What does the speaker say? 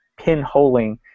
pinholing